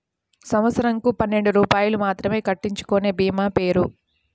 సంవత్సరంకు పన్నెండు రూపాయలు మాత్రమే కట్టించుకొనే భీమా పేరు?